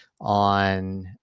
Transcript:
on